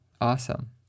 awesome